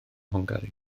hwngari